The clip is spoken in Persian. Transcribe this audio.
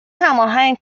هماهنگ